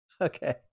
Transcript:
Okay